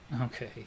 Okay